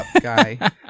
guy